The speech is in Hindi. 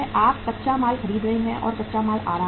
आप कच्चा माल खरीद रहे हैं या कच्चा माल आ रहा है